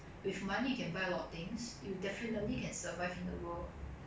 africa ah 这种东西他们他们的世界跟 the